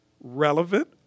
relevant